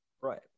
Right